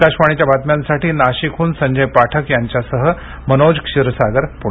आकाशवाणीच्या बातम्यांसाठी नाशिकह्न संजय पाठक यांच्यासह मनोज क्षीरसागर पुणे